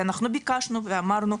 ואנחנו ביקשנו ואמרנו,